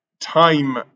time